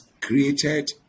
created